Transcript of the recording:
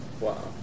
wow